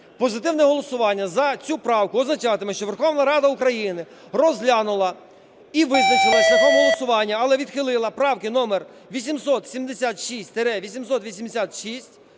Позитивне голосування за цю правку означатиме, що Верховна Рада України розглянула і визначилася шляхом голосування, але відхилила правки номер: 876-886,